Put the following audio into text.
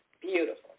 Beautiful